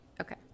Okay